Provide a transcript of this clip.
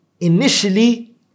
Initially